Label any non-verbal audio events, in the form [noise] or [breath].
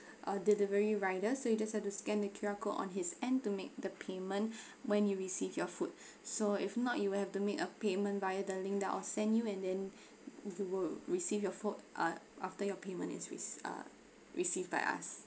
uh delivery rider so you just have to scan the Q_R code on his end to make the payment [breath] when you receive your food [breath] so if not you will have to make a payment via the link that I will send you and then you will receive your food uh after your payment is rec~ uh received by us